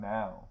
now